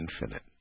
infinite